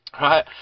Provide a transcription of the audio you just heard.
Right